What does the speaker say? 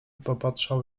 popatrzał